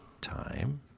time